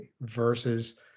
versus